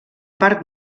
part